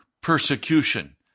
persecution